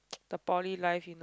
the poly life